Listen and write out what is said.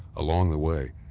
along the way,